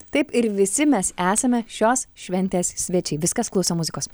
taip ir visi mes esame šios šventės svečiai viskas klausom muzikos